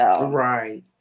Right